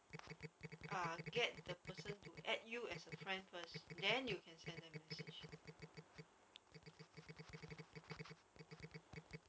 no lah because err usually most of her items are from china